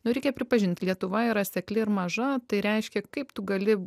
nu reikia pripažint lietuva yra sekli ir maža tai reiškia kaip tu gali